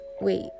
wait